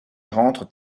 rentrent